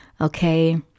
okay